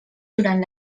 durant